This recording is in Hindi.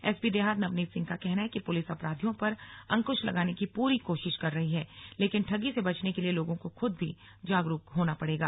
एसपी देहात नवनीत सिंह का कहना है कि पुलिस अपराधियों पर अंकुश लगाने की पूरी कोशिश कर रही है लेकिन ठगी से बचने के लिए लोगों को खुद भी जागरूक होना पड़ेगा